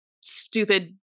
stupid